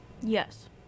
Yes